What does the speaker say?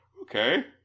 okay